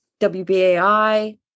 WBAI